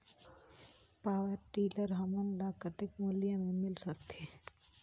Power tiller हमन ल कतेक मूल्य मे मिल सकथे?